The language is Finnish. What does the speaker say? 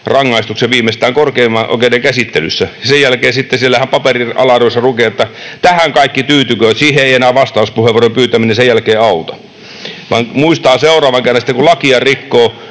rangaistuksen, viimeistään korkeimman oikeuden käsittelyssä. Sen jälkeen sitten siellä paperin alareunassahan lukee, että tähän kaikki tyytykööt. Siihen ei enää vastauspuheenvuoron pyytäminen sen jälkeen auta, vaan muistaa seuraavan kerran lakia rikkoessaan,